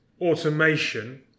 automation